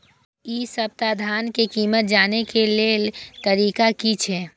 इ सप्ताह धान के कीमत जाने के लेल तरीका की छे?